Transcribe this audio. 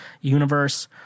universe